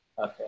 okay